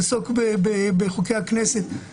לעסוק בחוקי הכנסת.